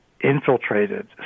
infiltrated